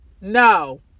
no